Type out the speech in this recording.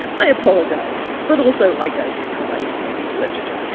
i apologize. but also i don't because i love medieval literature.